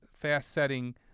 fast-setting